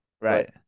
Right